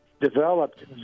developed